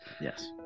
yes